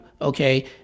okay